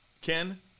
Ken